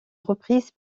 reprise